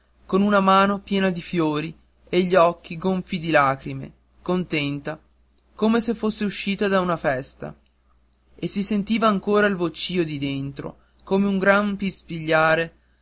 con una mano piena di fiori e gli occhi gonfi di lacrime contenta come se fosse uscita da una festa e si sentiva ancora il vocìo di dentro come un gran pispigliare